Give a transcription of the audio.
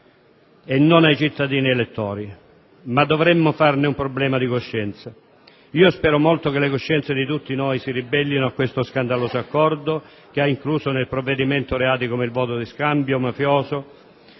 e non ai cittadini elettori, ma dovremmo farne un problema di coscienza. Spero vivamente che le coscienze di tutti noi si ribellino a questo scandaloso accordo, che ha incluso nel provvedimento di indulto reati come il voto di scambio mafioso,